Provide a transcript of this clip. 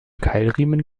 keilriemen